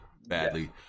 badly